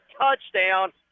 touchdown